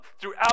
Throughout